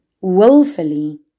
willfully